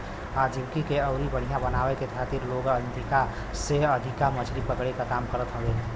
आजीविका के अउरी बढ़ियां बनावे के खातिर लोग अधिका से अधिका मछरी पकड़े क काम करत हवे